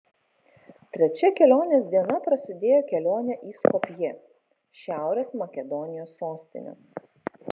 trečia kelionės diena prasidėjo kelione į skopję šiaurės makedonijos sostinę